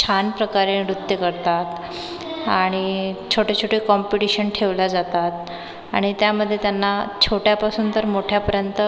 छान प्रकारे नृत्य करतात आणि छोटे छोटे कॉम्पिटिशन ठेवल्या जातात आणि त्यामध्ये त्यांना छोट्यापासून तर मोठ्यापर्यंत